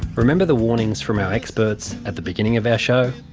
remember the warnings from our experts at the beginning of our show?